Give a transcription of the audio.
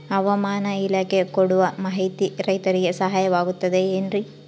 ಹವಮಾನ ಇಲಾಖೆ ಕೊಡುವ ಮಾಹಿತಿ ರೈತರಿಗೆ ಸಹಾಯವಾಗುತ್ತದೆ ಏನ್ರಿ?